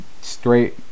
straight